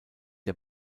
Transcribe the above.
der